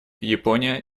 япония